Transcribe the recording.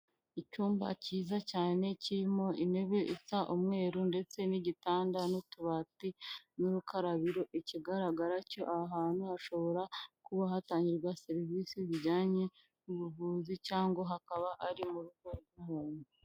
Icyumba cyiza cyane kirimo intebe isa umweru ndetse n'igitanda n'utubati n'urukarabiro. Ikigaragara cyo aho hantu hashobora kuba hatangirwa serivisi zijyanye n'ubuvuzi cyangwa hakaba ari mu rugo rw'umuntu.